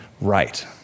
right